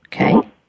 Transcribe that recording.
Okay